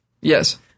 Yes